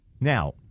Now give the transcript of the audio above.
Now